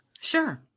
Sure